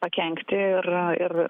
pakenkti ir ir